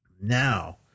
Now